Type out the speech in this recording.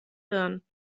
hirn